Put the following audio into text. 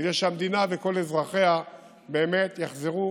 כדי שהמדינה וכל אזרחיה באמת יחזרו